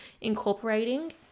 incorporating